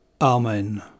Amen